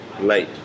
late